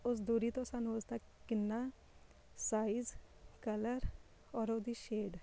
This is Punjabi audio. ਉਸ ਦੂਰੀ ਤੋਂ ਸਾਨੂੰ ਉਸਦਾ ਕਿੰਨਾਂ ਸਾਈਜ਼ ਕਲਰ ਔਰ ਉਹਦੀ ਸ਼ੇਡ